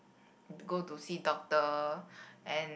go to see doctor and